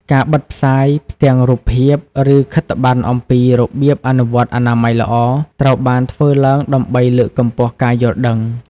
ការបិទផ្សាយផ្ទាំងរូបភាព ឬខិត្តប័ណ្ណអំពីរបៀបអនុវត្តអនាម័យល្អ ត្រូវបានធ្វើឡើងដើម្បីលើកកម្ពស់ការយល់ដឹង ។